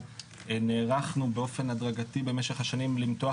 נערכנו באופן הדרגתי במשך השנים למתוח